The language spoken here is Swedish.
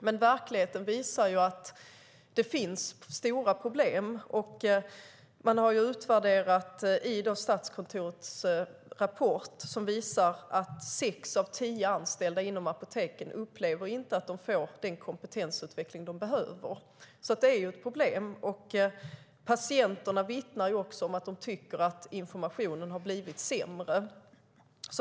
Men verkligheten visar att det finns stora problem. Statskontorets rapport visar att sex av tio anställda vid apoteken upplever att de inte får den kompetensutveckling som de behöver. Det är alltså ett problem. Dessutom vittnar patienterna om att informationen blivit sämre.